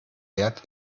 wert